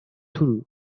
toulouse